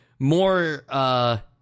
More